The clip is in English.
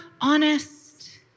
honest